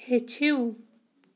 ہیٚچھِو